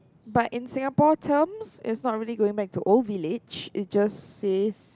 but in Singapore terms it is not really going back to old village it just says